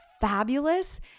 Fabulous